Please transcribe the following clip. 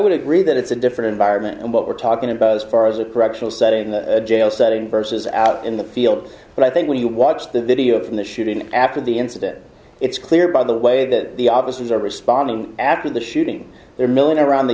would agree that it's a different environment and what we're talking about as far as a correctional setting in the jail setting versus out in the field but i think when you watch the video from the shooting after the incident it's clear by the way that the officers are responding after the shooting there milling around the